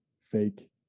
fake